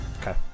Okay